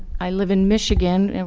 i live in michigan, and